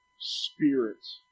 spirits